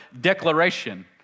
declaration